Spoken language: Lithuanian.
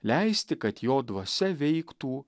leisti kad jo dvasia veiktų